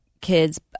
kids